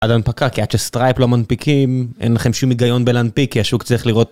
עד ההנפקה, כי עד שסטרייפ לא מנפיקים, אין לכם שום היגיון בלהנפיק, כי השוק צריך לראות.